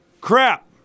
Crap